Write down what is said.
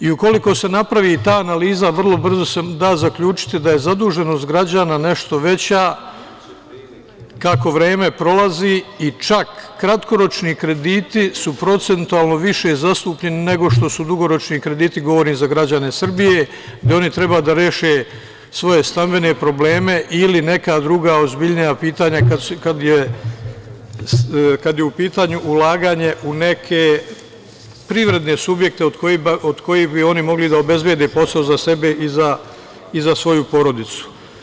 I ukoliko se napravi ta analiza vrlo brzo se da zaključiti da je zaduženost građana nešto veća, kako vreme prolazi i čak kratkoročni krediti su procentualno više zastupljeni nego što su dugoročni krediti, govorim za građane Srbije, gde oni treba da reše svoje stambene probleme ili neka druga ozbiljnija pitanja, kada je u pitanju ulaganje u neke privredne subjekte od kojih bi oni mogli da obezbede posao za sebe i za svoju porodicu.